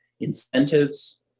incentives